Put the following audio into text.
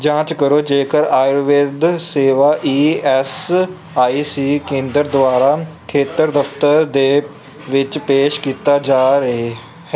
ਜਾਂਚ ਕਰੋ ਜੇਕਰ ਆਯੂਰਵੇਦ ਸੇਵਾ ਈ ਐਸ ਆਈ ਸੀ ਕੇਂਦਰ ਦੁਆਰਾ ਖੇਤਰ ਦਫ਼ਤਰ ਦੇ ਵਿੱਚ ਪੇਸ਼ ਕੀਤੀ ਜਾ ਰਹੀ ਹੈ